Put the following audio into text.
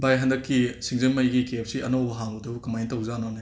ꯕꯥꯏ ꯍꯟꯗꯛꯀꯤ ꯁꯤꯡꯖꯃꯩꯒꯤ K F C ꯑꯅꯧꯕ ꯍꯥꯡꯕꯗꯨ ꯀꯃꯥꯏꯟ ꯇꯧꯖꯥꯠꯅꯣꯅꯦ